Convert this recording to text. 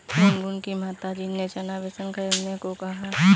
गुनगुन की माताजी ने चना बेसन खरीदने को कहा